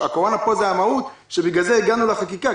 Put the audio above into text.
הקורונה פה זו המהות שבגללה הגענו לחקיקה,